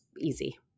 easy